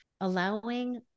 allowing